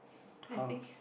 how